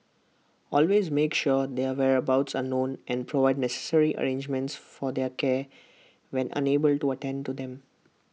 always make sure their whereabouts are known and provide necessary arrangements for their care when unable to attend to them